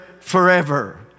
forever